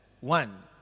one